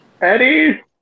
Eddie